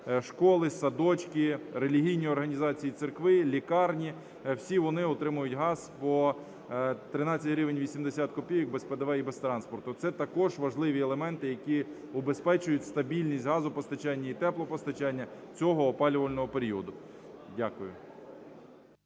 школи, садочки, релігійні організації і церкви, лікарні, всі вони отримують газ по 13 гривень 80 копійок без ПДВ і без транспорту. Це також важливі елементи, які убезпечують стабільність газопостачання і теплопостачання цього опалювального періоду. Дякую.